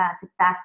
success